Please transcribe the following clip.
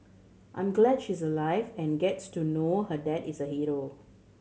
I'm glad she's alive and gets to know her dad is a hero